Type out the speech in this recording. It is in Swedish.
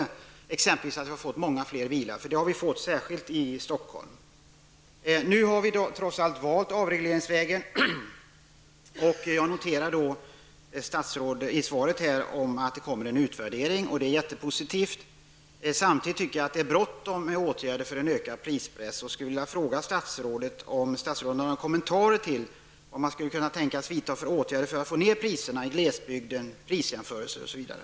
Vi har exempelvis fått många fler bilar, särskilt i Stockholm. Nu har vi trots allt valt avregleringsvägen. Jag noterar att statsrådet i sitt svar sade att det kommer att ske en utvärdering, och det är mycket positivt. Samtidigt är det bråttom med åtgärder för en ökad prispress. Har statsrådet någon åsikt om vilka åtgärder man kan tänkas vidta för att få ner priserna i glesbygden och kunna göra prisjämförelser osv.?